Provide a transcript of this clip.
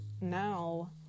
now